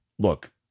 look